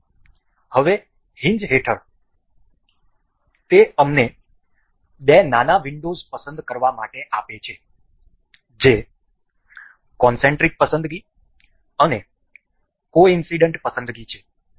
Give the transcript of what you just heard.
તેથી હવે હિંજ હેઠળ તે અમને બે નાના વિંડોઝ પસંદ કરવા માટે આપે છે જે કોનસેન્ટ્રિક પસંદગી અને કોઇન્સડનટ પસંદગી છે